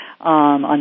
on